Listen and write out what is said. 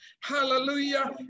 hallelujah